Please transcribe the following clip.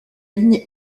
ligne